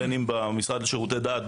בין אם במשרד לשירותי דת,